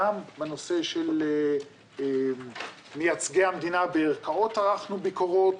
גם בנושא של מייצגי המדינה בערכאות ערכנו ביקורות,